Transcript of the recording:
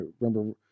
remember